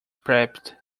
prepped